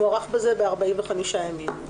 מוארך בזה ב-45 ימים.